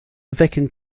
bhfeiceann